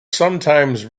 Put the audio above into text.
sometimes